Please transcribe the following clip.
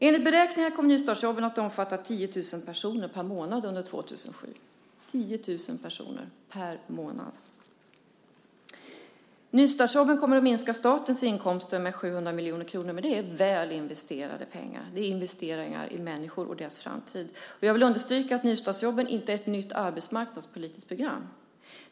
Enligt beräkningar kommer nystartsjobben att omfatta 10 000 personer per månad under 2007 - 10 000 personer per månad! Nystartsjobben kommer att minska statens inkomster med 700 miljoner kronor, men det är väl investerade pengar. Det är investeringar i människor och deras framtid. Jag vill understryka att nystartsjobben inte är ett nytt arbetsmarknadspolitiskt program.